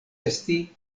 esti